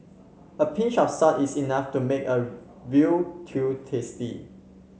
a pinch of salt is enough to make a veal stew tasty